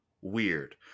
weird